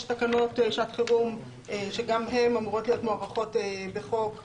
יש תקנות שעת חירום שגם הן אמורות להיות מוארכות בחוק